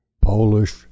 Polish